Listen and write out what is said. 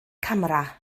camera